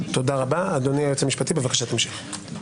אדוני היועץ המשפטי, בבקשה תמשיך.